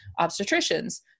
obstetricians